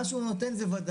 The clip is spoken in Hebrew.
מה שהוא נותן זאת ודאות.